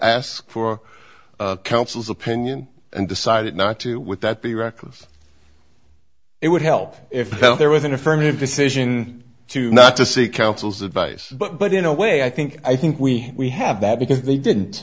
asked for counsel's opinion and decided not to with that the records it would help if there was an affirmative decision to not to see counsel's advice but in a way i think i think we we have that because they didn't